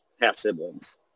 half-siblings